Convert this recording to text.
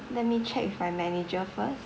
let me check with my manager first